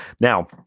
Now